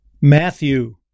matthew